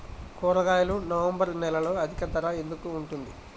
కూరగాయలు నవంబర్ నెలలో అధిక ధర ఎందుకు ఉంటుంది?